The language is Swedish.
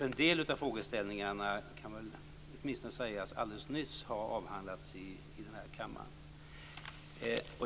En del av frågeställningarna kan väl sägas alldeles nyss ha avhandlats här i kammaren.